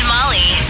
Molly